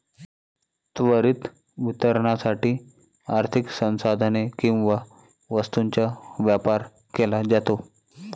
त्वरित वितरणासाठी आर्थिक संसाधने किंवा वस्तूंचा व्यापार केला जातो